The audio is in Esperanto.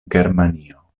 germanio